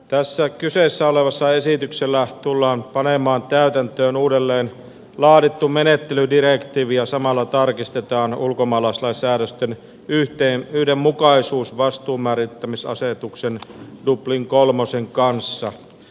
tällä kyseessä olevalla esityksellä tullaan panemaan täytäntöön uudelleen laadittu menettelydirektiivi ja samalla tarkistetaan ulkomaalaislain säädösten yhdenmukaisuus vastuunmäärittämisasetus dublin iiin kanssa